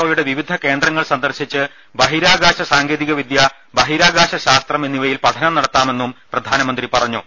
ഒയുടെ വിവിധ കേന്ദ്രങ്ങൾ സന്ദർശിച്ച് ബഹിരാകാശ സാങ്കേതിക വിദ്യ ബഹിരാകാശ ശാസ്ത്രം എന്നിവയിൽ പഠനം നടത്താമെന്നും പ്രധാന മന്ത്രി പറഞ്ഞു